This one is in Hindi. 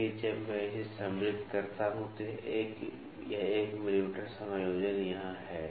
इसलिए जब मैं इसे सम्मिलित करता हूं तो यह 1 मिमी समायोजन यहां है